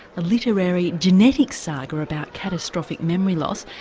a literary genetic saga about catastrophic memory loss,